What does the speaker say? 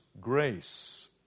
grace